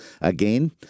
again